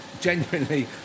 genuinely